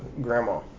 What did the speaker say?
grandma